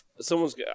someone's